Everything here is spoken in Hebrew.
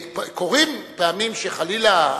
קורה פעמים שחלילה,